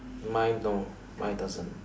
mine no mine doesn't